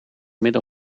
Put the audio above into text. middel